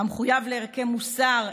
המחויב לערכי מוסר,